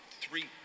three